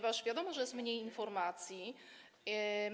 Wiadomo, że jest mniej informacji.